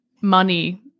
money